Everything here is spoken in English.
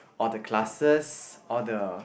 all the classes all the